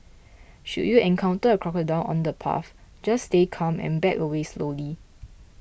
should you encounter a crocodile on the path just stay calm and back away slowly